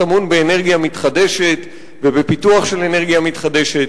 טמון באנרגיה מתחדשת ובפיתוח של אנרגיה מתחדשת.